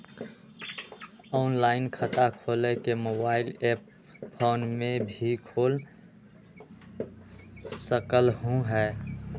Online खाता खोले के मोबाइल ऐप फोन में भी खोल सकलहु ह?